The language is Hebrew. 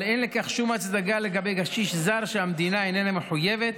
אבל אין לכך שום הצדקה לגבי קשיש זר שהמדינה איננה מחויבת